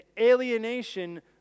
alienation